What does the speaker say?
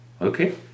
okay